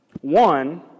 One